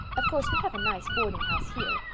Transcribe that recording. of course, we have a nice boardinghouse here,